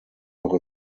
auch